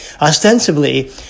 Ostensibly